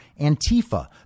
Antifa